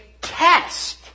test